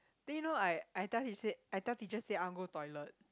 then you know I I tell teacher said I tell teacher that I want go toilet